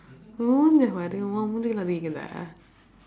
உன் மூஞ்சே பாரு உன் மூஞ்சுக்கு எல்லாம் கேட்குதா:un muunjsukku ellaam keetkuthaa